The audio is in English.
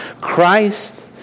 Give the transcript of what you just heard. Christ